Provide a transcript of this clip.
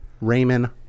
Raymond